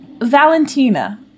Valentina